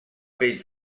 pell